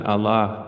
Allah